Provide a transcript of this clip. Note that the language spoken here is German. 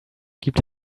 gibt